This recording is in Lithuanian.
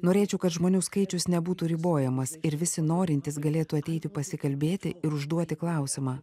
norėčiau kad žmonių skaičius nebūtų ribojamas ir visi norintys galėtų ateiti pasikalbėti ir užduoti klausimą